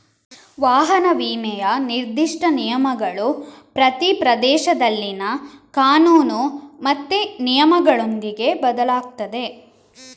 ವಾಹನ ವಿಮೆಯ ನಿರ್ದಿಷ್ಟ ನಿಯಮಗಳು ಪ್ರತಿ ಪ್ರದೇಶದಲ್ಲಿನ ಕಾನೂನು ಮತ್ತೆ ನಿಯಮಗಳೊಂದಿಗೆ ಬದಲಾಗ್ತದೆ